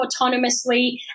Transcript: autonomously